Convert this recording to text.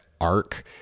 arc